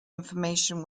information